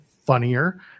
funnier